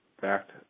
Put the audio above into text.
fact